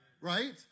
right